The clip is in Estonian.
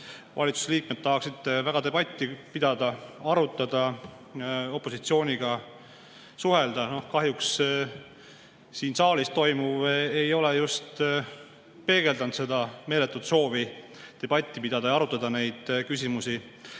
valitsusliikmed tahaksid väga debatti pidada, arutada ja opositsiooniga suhelda. Kahjuks siin saalis toimuv ei ole just peegeldanud seda meeletut soovi debatti pidada ja neid küsimusi